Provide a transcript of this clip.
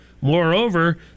Moreover